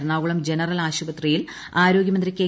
Ernakulam general ആശുപത്രിയിൽ ആരോഗൃമന്ത്രി K